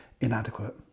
inadequate